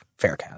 Faircat